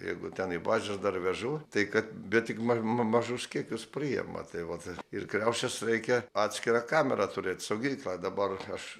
jeigu ten į bazes dar vežu tai kad bet tik man ma mažus kiekius priima tai vat ir kriaušės reikia atskirą kamerą turėt saugyklą dabar aš